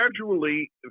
gradually